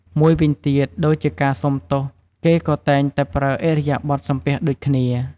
មួយវិញទៀតដូចជាការសុំទោស គេក៏តែងតែប្រើឥរិយាបទសំពះដូចគ្នា។